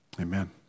Amen